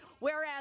Whereas